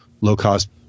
low-cost